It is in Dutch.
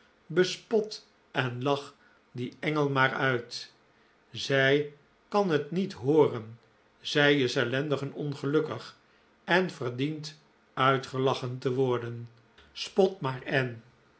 bespot en lach die engel maar uit zij kan het niet hooren zij is ellendig en ongelukkig en verdient uitgelachen te worden spot maar ann